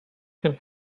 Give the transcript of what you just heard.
can